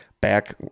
back